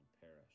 perish